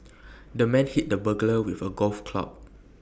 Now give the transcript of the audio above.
the man hit the burglar with A golf club